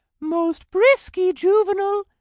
most brisky juvenal,